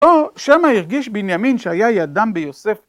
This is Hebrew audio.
או שמה הרגיש בנימין שהיה ידם ביוסף.